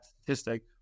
statistic